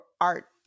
art